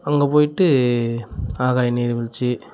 அங்கே போயிட்டு ஆகாய நீர் வீழ்ச்சி